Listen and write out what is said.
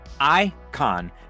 Icon